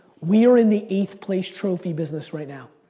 we are in the eighth place trophy business right now.